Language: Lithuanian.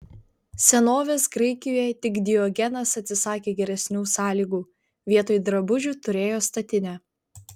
senovės graikijoje tik diogenas atsisakė geresnių sąlygų vietoj drabužių turėjo statinę